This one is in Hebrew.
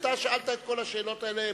אני סיימתי את התשובה.